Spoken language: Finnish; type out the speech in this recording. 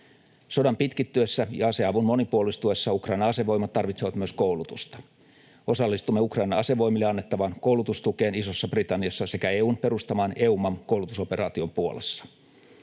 Sodan pitkittyessä ja aseavun monipuolistuessa Ukrainan asevoimat tarvitsevat myös koulutusta. Osallistumme Ukrainan asevoimille annettavaan koulutustukeen Isossa-Britanniassa sekä EU:n perustamaan EUMAM-koulutusoperaatioon Puolassa.